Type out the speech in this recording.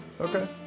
Okay